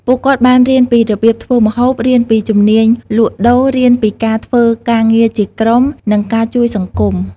ពួកគាត់បានរៀនពីរបៀបធ្វើម្ហូប រៀនពីជំនាញលក់ដូរ រៀនពីការធ្វើការងារជាក្រុម និងការជួយសង្គម។